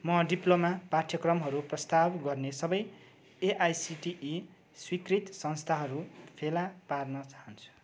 म डिप्लोमा पाठ्यक्रमहरू प्रस्ताव गर्ने सबै एआइसिटिई स्वीकृत संस्थाहरू फेला पार्न चाहन्छु